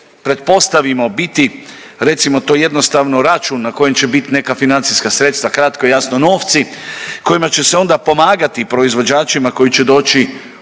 pretpostavimo biti recimo to jednostavno račun na kojem će bit neka financijska sredstva, kratko i jasno novci kojima će se onda pomagati proizvođačima koji će doći